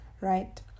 right